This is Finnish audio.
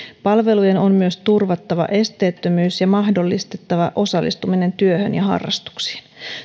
palvelujen on myös turvattava esteettömyys ja mahdollistettava osallistuminen työhön ja harrastuksiin